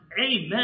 Amen